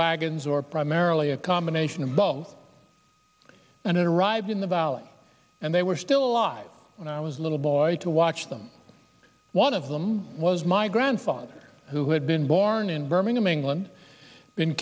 wagons or primarily a combination of both and it arrived in the valley and they were still alive when i was a little boy to watch them one of them was my grandfather who had been born in birmingham england been